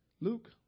Luke